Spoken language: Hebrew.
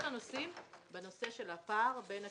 הנושאים להתמקד בנושא הפער בין הקצבאות,